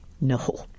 No